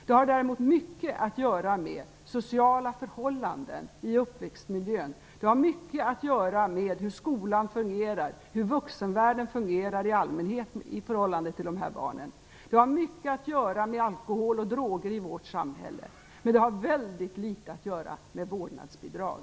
Det har däremot mycket att göra med sociala förhållanden i uppväxtmiljön, med hur skolan fungerar och hur vuxenvärlden fungerar i allmänhet i förhållande till dessa barn. Det har mycket att göra med alkohol och droger i vårt samhälle men mycket litet att göra med vårdnadsbidrag.